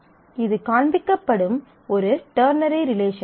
இது காண்பிக்கப்படும் ஒரு டெர்னரி ரிலேஷன்ஷிப்